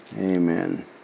Amen